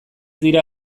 dira